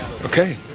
Okay